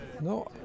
No